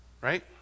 right